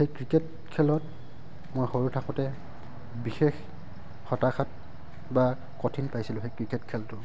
সেই ক্ৰিকেট খেলত মই সৰু থাকোঁতে বিশেষ হতাশাত বা কঠিন পাইছিলোঁ সেই ক্ৰিকেট খেলটো